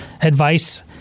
advice